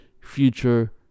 future